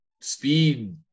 speed